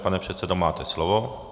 Pane předsedo, máte slovo.